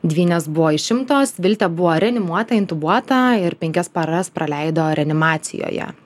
dvynės buvo išimtos viltė buvo reanimuota intubuota ir penkias paras praleido reanimacijoje